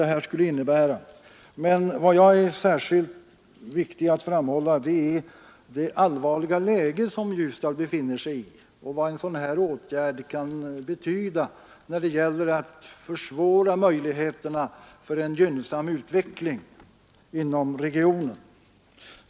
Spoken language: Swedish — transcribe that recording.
Vad jag finner särskilt viktigt att framhålla är emellertid det allvarliga läge som Ljusdal befinner sig i och vad en sådan här åtgärd kan betyda när det gäller att försämra möjligheterna till en gynnsam utveckling inom regionen.